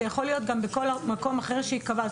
זה יכול להיות גם בכל מקום אחר שייקבע.